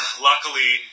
luckily